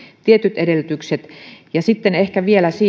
tietyt edellytykset ja sitten ehkä vielä siitä